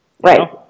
Right